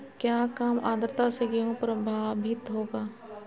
क्या काम आद्रता से गेहु प्रभाभीत होगा?